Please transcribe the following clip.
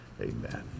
Amen